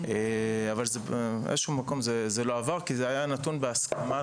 אבל זה לא עבר כי זה היה נתון בהסכמה